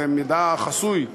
זה מידע חסוי כנראה,